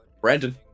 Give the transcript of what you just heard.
Brandon